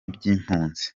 by’impunzi